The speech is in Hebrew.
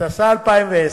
התשע"א 2010,